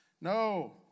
No